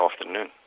afternoon